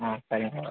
ஆ சரி மேடம்